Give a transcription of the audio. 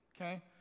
Okay